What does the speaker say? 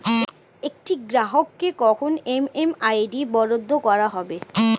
একটি গ্রাহককে কখন এম.এম.আই.ডি বরাদ্দ করা হবে?